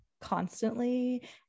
constantly